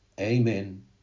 Amen